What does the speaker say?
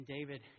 David